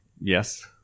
Yes